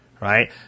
right